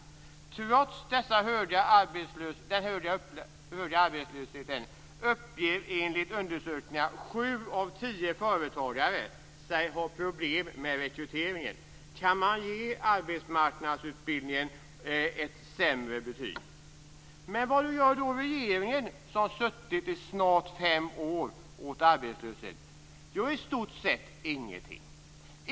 Trots den höga arbetslösheten uppger enligt undersökningar 7 av 10 företagare sig ha problem med rekryteringen. Kan man ge arbetsmarknadsutbildningen ett sämre betyg? Vad gör då regeringen, som suttit i snart fem år, åt arbetslösheten? Jo, i stort sett ingenting.